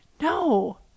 No